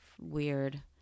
weird